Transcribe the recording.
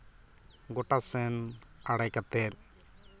ᱜᱳᱴᱟ ᱥᱮᱱ ᱟᱲᱮ ᱠᱟᱛᱮᱫ